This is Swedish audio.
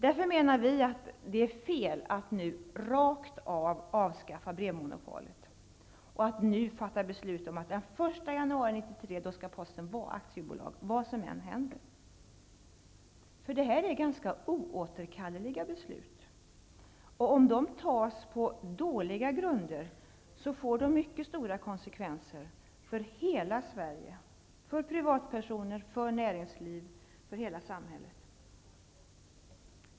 Därför menar vi att det är fel att nu avskaffa brevmonopolet rakt av och att nu fatta beslut om att posten den 1 januari 1993 skall bli aktiebolag, vad som än händer. Detta är oåterkalleliga beslut. Om de fattas på dåliga grunder, får de stora konsekvenser för hela Sverige -- för privatpersoner, för näringsliv, för hela samhället.